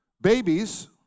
babies